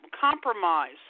compromise